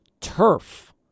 turf